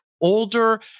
older